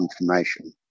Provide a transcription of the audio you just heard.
information